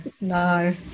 no